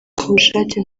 kubushake